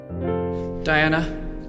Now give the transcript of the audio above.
Diana